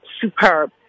superb